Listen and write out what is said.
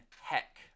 Heck